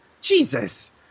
Jesus